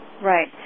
Right